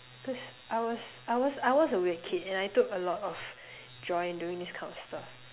because I was I was I was a weird kid and I took a lot of joy in doing this kind of stuff